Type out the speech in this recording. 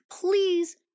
please